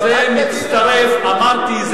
אמרתי,